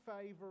favor